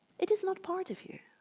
it is not part of you.